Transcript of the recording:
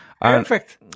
Perfect